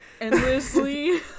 endlessly